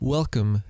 Welcome